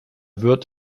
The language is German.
wird